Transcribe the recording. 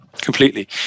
completely